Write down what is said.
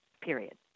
period